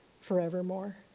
forevermore